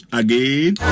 again